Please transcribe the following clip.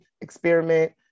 Experiment